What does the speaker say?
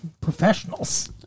professionals